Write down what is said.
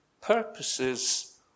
purposes